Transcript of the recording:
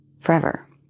forever